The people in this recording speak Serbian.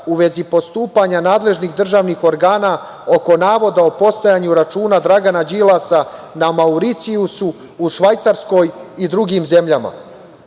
u vezi postupanja nadležnih državnih organa oko navoda o postojanju računa Dragana Đilasa na Mauricijusu, u Švajcarskoj i drugim zemljama.